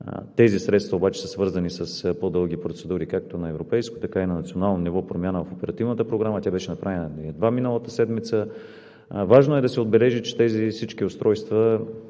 Тези средства обаче са свързани с по-дълги процедури както на европейско, така и на национално ниво, промяна в Оперативната програма, тя беше направена едва миналата седмица. Важно е да се отбележи, че всички тези устройства,